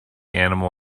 animal